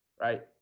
right